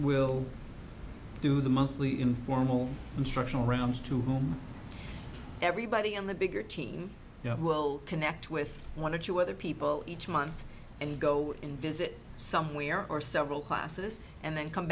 will do the monthly informal instructional rounds to whom everybody on the bigger team will connect with one or two other people each month and go in visit somewhere or several classes and then come